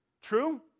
True